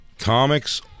Comics